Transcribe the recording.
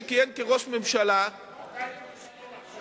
כשכיהן כראש הממשלה כשאתה היית ב"שלום עכשיו".